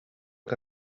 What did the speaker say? que